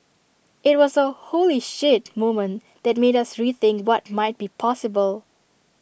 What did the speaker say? IT was A 'holy shit' moment that made us rethink what might be possible